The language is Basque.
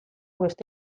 beste